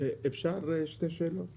אפשר שתי שאלות קטנות?